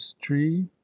tree